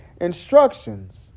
instructions